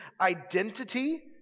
identity